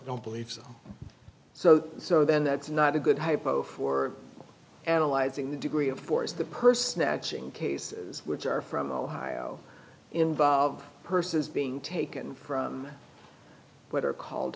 don't believe so so then that's not a good hypo for analyzing the degree of force of the purse snatching cases which are from ohio involved persons being taken from what are called